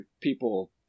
people